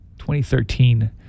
2013